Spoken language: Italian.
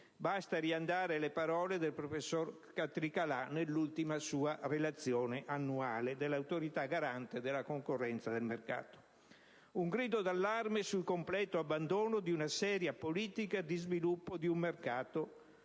Basta riandare alle parole del professore Catricalà, nell'ultima sua relazione annuale dell'Autorità garante della concorrenza e del mercato: un grido d'allarme sul completo abbandono di una seria politica di sviluppo di un mercato